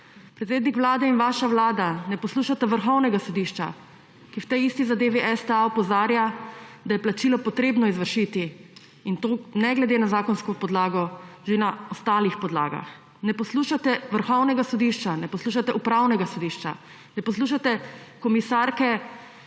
Predsednik vlade in vaša vlada ne posluša Vrhovnega sodišča, ki o tej isti zadevi o STA opozarja, da je plačilo potrebno izvršiti, in to ne glede na zakonsko podlago, že na ostalih podlagah. Ne poslušate Vrhovnega sodišča, ne poslušate Upravne sodišča, ne poslušate komisarke